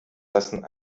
lassen